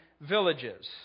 villages